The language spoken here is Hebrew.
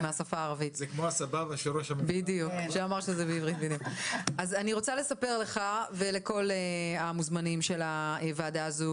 אז אני רוצה לספר לך ולכל המוזמנים של הוועדה הזו,